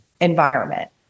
environment